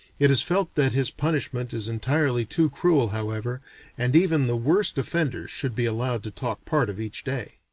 it is felt that his punishment is entirely too cruel however and even the worst offenders should be allowed to talk part of each day.